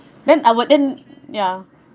then I would then ya